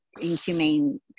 inhumane